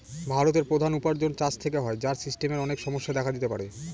ভারতের প্রধান উপার্জন চাষ থেকে হয়, যার সিস্টেমের অনেক সমস্যা দেখা দিতে পারে